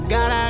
God